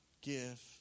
give